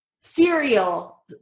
cereal